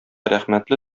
рәхмәтле